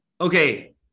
Okay